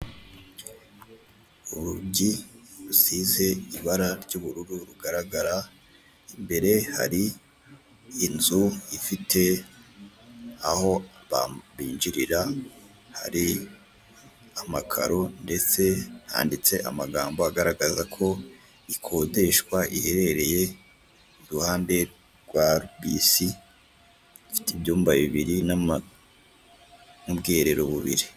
Urugi rusize ibara ry'ubururu rugaragara, mbere hari inzu ifite aho ba binjirira hari amakaro ndetse handitse amagambo agaragaza ko ikodeshwa iherereye iruhande rwa bisi bifite ibyumba bibiri n'ama ubwiherero bubiri.